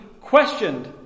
questioned